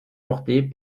portées